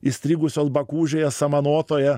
įstrigusios bakūžėje samanotoje